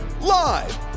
Live